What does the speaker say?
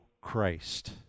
Christ